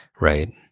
right